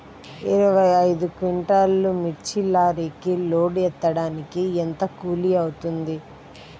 ఇరవై ఐదు క్వింటాల్లు మిర్చి లారీకి లోడ్ ఎత్తడానికి ఎంత కూలి అవుతుంది?